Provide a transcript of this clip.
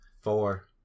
Four